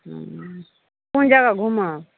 हँ कोन जगह घूमब